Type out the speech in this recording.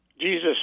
Jesus